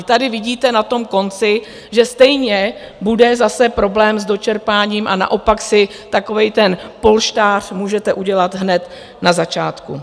Tady vidíte na tom konci, že stejně bude zase problém s dočerpáním, a naopak si takový ten polštář můžete udělat hned na začátku.